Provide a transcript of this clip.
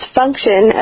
function